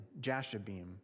Jashabim